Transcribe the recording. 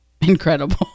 incredible